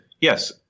yes